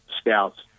scouts